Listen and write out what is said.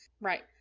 Right